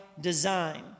design